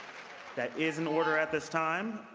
that is in order at this time.